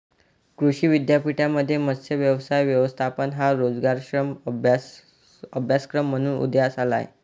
कृषी विद्यापीठांमध्ये मत्स्य व्यवसाय व्यवस्थापन हा रोजगारक्षम अभ्यासक्रम म्हणून उदयास आला आहे